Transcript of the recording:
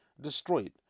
destroyed